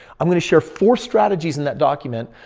i'm going to share four strategies in that document.